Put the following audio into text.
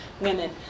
women